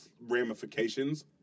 ramifications